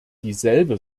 dieselbe